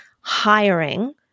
hiring